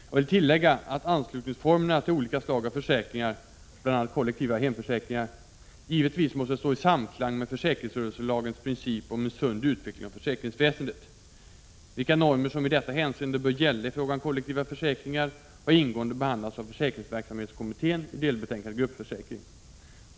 Jag vill tillägga att anslutningsformerna beträffande olika slag av försäkringar, bl.a. kollektiva hemförsäkringar, givetvis måste stå i samklang med försäkringsrörelselagens princip om en sund utveckling av försäkringsväsendet. Vilka normer som i detta hänseende bör gälla i fråga om kollektiva försäkringar har ingående behandlats av försäkringsverksamhetskommittén i delbetänkandet Gruppförsäkring.